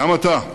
גם אתה,